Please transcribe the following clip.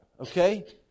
okay